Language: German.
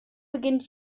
beginnt